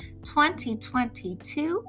2022